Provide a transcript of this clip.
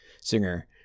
singer